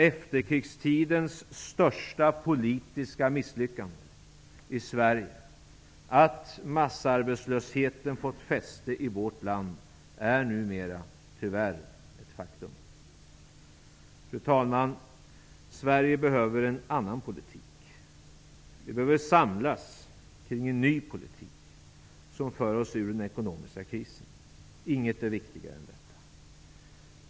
Efterkrigstidens största politiska misslyckande i Sverige och att massarbetslösheten har fått fäste är numera, tyvärr, ett faktum. Fru talman! Sverige behöver en annan politik. Vi behöver samlas kring en ny politik som för oss ur den ekonomiska krisen. Inget är viktigare än detta.